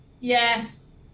Yes